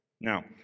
Now